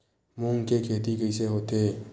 मूंग के खेती कइसे होथे?